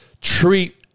treat